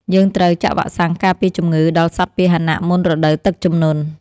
យើងត្រូវចាក់វ៉ាក់សាំងការពារជំងឺដល់សត្វពាហនៈមុនរដូវទឹកជំនន់។